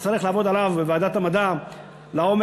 נצטרך לעבוד עליו בוועדת המדע לעומק,